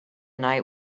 night